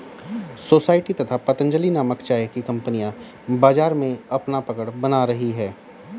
society तथा पतंजलि नामक चाय की कंपनियां बाजार में अपना पकड़ बना रही है